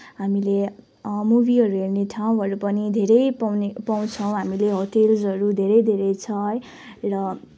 हामीले मुभीहरू हेर्ने ठाउँहरू पनि धेरै पाउने पाउँछौँ हामीले होटेल्सहरू धेरै धेरै छ है र